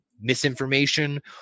misinformation